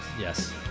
Yes